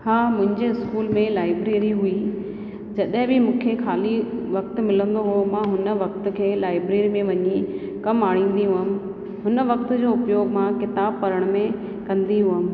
हा मुंहिंजे स्कूल में लाइबरेरी में जॾहिं बि मूंखे खाली वक़्तु मिलंदो हुओ मां हुन वक़्त खे लाईबरेरी में वञी कमु आणींदो हुअमि हुन वक़्त जो उपयोगु मां किताबु पढ़ण में कंदी हुअमि